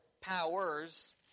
powers